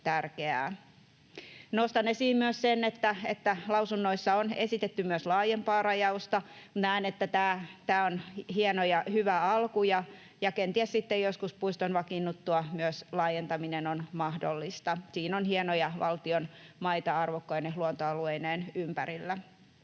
Nostan esiin myös sen, että lausunnoissa on esitetty myös laajempaa rajausta. Näen, että tämä on hieno ja hyvä alku ja kenties sitten joskus puiston vakiinnuttua myös laajentaminen on mahdollista. Siinä on hienoja valtion maita arvokkaine luontoalueineen ympärillä.